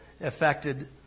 affected